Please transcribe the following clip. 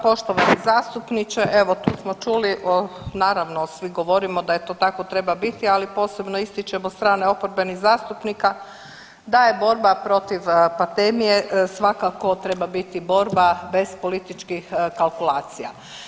Poštovani zastupniče, evo tu smo čuli o, naravno svi govorimo da to tako treba biti, ali posebno ističemo strane oporbenih zastupnika da je borba protiv pandemije svakako treba biti borba bez političkih kalkulacija.